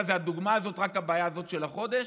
מה זה, הדוגמה הזאת זו רק הבעיה הזאת של החודש?